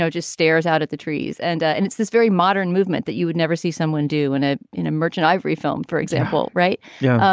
so just stares out at the trees. and ah and it's this very modern movement that you would never see someone do in a in a merchant ivory film, for example. right. yeah.